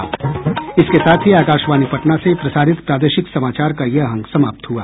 इसके साथ ही आकाशवाणी पटना से प्रसारित प्रादेशिक समाचार का ये अंक समाप्त हुआ